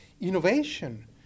innovation